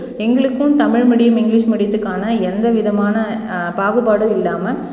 எங்களுக்கும் Tamil medium English மீடியத்துக்கான எந்த விதமான பாகுபாடும் இல்லாமல்